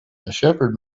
shepherd